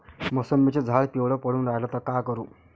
मोसंबीचं झाड पिवळं पडून रायलं त का करू?